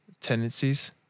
tendencies